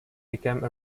became